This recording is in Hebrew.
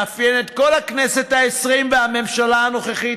מאפיין את כל הכנסת העשרים והממשלה הנוכחית,